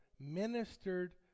ministered